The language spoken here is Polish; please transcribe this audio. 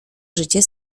życie